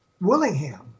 Willingham